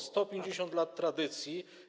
150 lat tradycji.